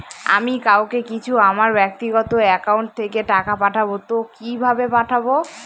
আমি কাউকে কিছু আমার ব্যাক্তিগত একাউন্ট থেকে টাকা পাঠাবো তো কিভাবে পাঠাবো?